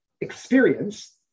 experience